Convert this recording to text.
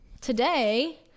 today